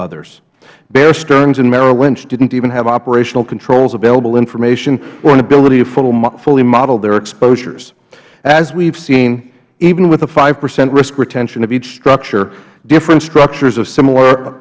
others bear stearns and merrill lynch didn't even have operational controls available information or an ability to fully model their exposures as we have seen even with a five percent risk retention of each structure different structures of similar